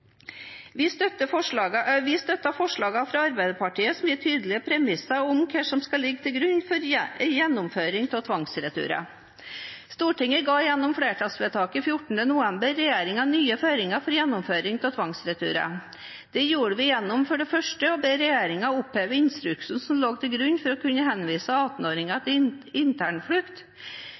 Vi støttet forslagene fra Arbeiderpartiet, som gir tydeligere premisser for hva som skal ligge til grunn for gjennomføring av tvangsreturer. Stortinget ga gjennom flertallsvedtaket den 14. november regjeringen nye føringer for gjennomføring av tvangsreturene. Det gjorde vi gjennom for det første å be regjeringen oppheve instruksen som lå til grunn for å kunne henvise 18-åringer til